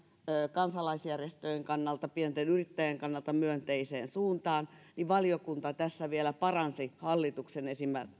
kansalaisjärjestöjen kannalta pienten yrittäjien kannalta myönteiseen suuntaan niin valiokunta tässä vielä paransi hallituksen